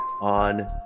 on